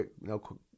no